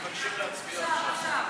אנחנו מבקשים להצביע עכשיו.